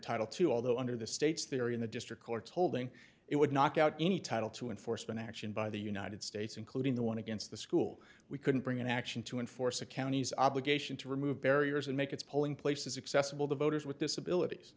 title two although under the state's theory in the district court's holding it would knock out any title to enforcement action by the united states including the one against the school we couldn't bring an action to enforce the county's obligation to remove barriers and make its polling places accessible to voters with disabilities